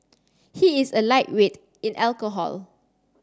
he is a lightweight in alcohol